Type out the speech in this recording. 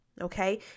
okay